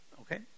Okay